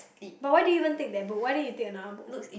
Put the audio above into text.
but why did you even take that book why don't you take another book